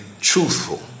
truthful